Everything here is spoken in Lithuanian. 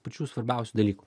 pačių svarbiausių dalykų